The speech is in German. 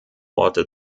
orte